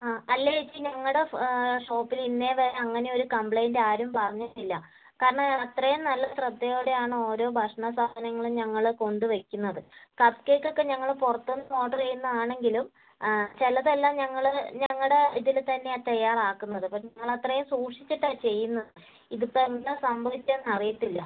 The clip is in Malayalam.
അല്ല ചേച്ചി ഞങ്ങളുടെ ഷോപ്പിൽ ഇന്ന് വരെ അങ്ങനെ ഒരു കംപ്ലയിൻ്റ് ആരും പറഞ്ഞിട്ടില്ല കാരണം അത്രയും നല്ല ശ്രദ്ധയോടെ ആണ് ഓരോ ഭക്ഷണ സാധനങ്ങളും ഞങ്ങൾ കൊണ്ട് വയ്ക്കുന്നത് കപ്പ് കേക്ക് ഒക്കെ ഞങ്ങൾ പുറത്തു നിന്ന് ഓർഡർ ചെയ്യുന്നത് ആണെങ്കിലും ആ ചിലത് എല്ലാം ഞങ്ങൾ ഞങ്ങളുടെ ഇതിൽ തന്നെയാണ് തയ്യാറാക്കുന്നത് അപ്പോൾ ഞങ്ങൾ അത്രയും സൂക്ഷിച്ചിട്ടാണ് ചെയ്യുന്നത് ഇത് ഇപ്പോൾ എന്താണ് സംഭവിച്ചതെ ന്ന് അറിയില്ല